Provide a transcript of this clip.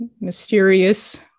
mysterious